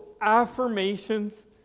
affirmations